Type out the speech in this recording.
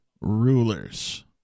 rulers